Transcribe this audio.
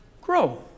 grow